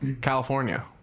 California